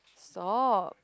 stop